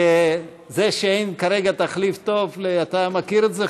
אתה מכיר את זה,